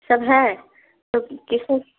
सब है तो किसको